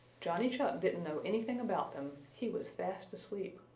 johnny chuck didn't know anything about them he was fast asleep.